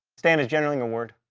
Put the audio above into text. stan, is generalling a word?